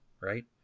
right